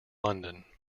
london